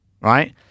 right